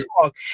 talk